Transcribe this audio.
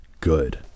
good